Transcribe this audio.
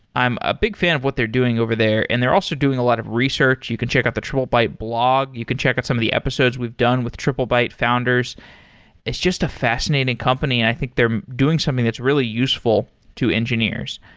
i'm a big fan of what they're doing over there and they're also doing a lot of research. you can check out the triplebyte blog. you can check out some of the episodes we've done with triplebyte founders it's just a fascinating company and i think they're doing something that's really useful to engineers.